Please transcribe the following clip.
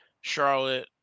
Charlotte